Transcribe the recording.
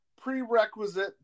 prerequisite